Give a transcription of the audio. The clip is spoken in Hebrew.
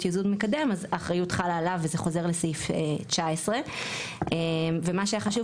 ייזום מתקדם אז האחריות חלה עליו וזה חוזר לסעיף 19. ומה שחשוב